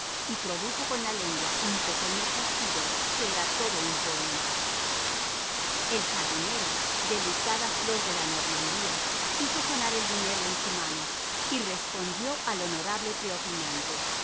y produjo con la lengua un pequeño chasquido que era todo un poema el jardinero delicada flor de la normandía hizo sonar el dinero en su mano y respondió al honorable preopinante